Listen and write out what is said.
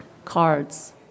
Cards